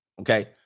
Okay